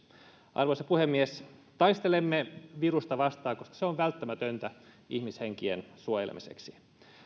arvoisa puhemies taistelemme virusta vastaan koska se on välttämätöntä ihmishenkien suojelemiseksi